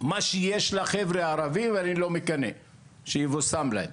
מה שיש לחבר'ה הערבים אני לא מקנא, שיבושם להם.